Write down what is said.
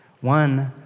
One